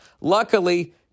Luckily